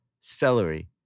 celery